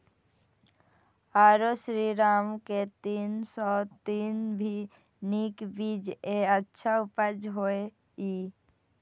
आरो श्रीराम के तीन सौ तीन भी नीक बीज ये अच्छा उपज होय इय?